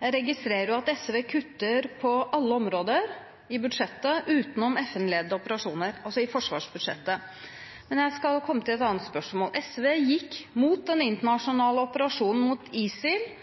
Jeg registrerer at SV kutter på alle områder i budsjettet utenom FN-ledete operasjoner, altså i forsvarsbudsjettet. Men jeg skal komme til et annet spørsmål: SV gikk imot den internasjonale operasjonen mot ISIL